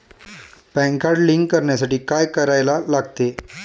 Pan card link करण्यासाठी काय करायला लागते?